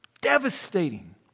devastating